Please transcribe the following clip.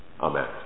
Amen